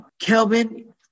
Kelvin